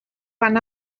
van